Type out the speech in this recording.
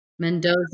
Mendoza